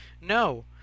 No